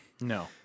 No